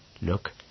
Look